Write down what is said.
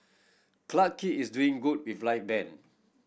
Clarke Quay is doing good with live band